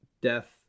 death